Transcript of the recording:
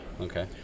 Okay